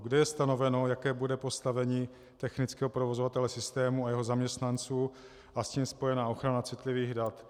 Kde je stanoveno, jaké bude postavení technického provozovatele systému a jeho zaměstnanců a s tím spojená ochrana citlivých dat?